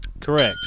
Correct